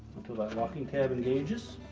until that locking tab engages.